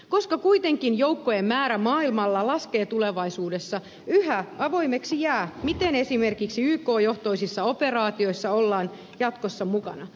koska kuitenkin joukkojen määrä maailmalla laskee tulevaisuudessa yhä avoimeksi jää miten esimerkiksi yk johtoisissa operaatioissa ollaan jatkossa mukana